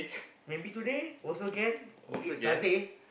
maybe today also can we eat satay